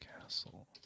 Castle